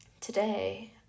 today